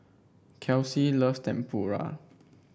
Kelsi loves Tempura